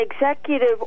executive